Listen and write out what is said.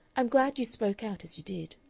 i'm glad you spoke out as you did.